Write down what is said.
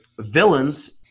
villains